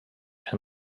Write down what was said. and